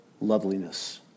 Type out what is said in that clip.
loveliness